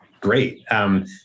great